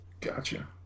gotcha